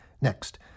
Next